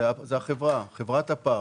זה החברה, חברת הפארק.